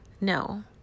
No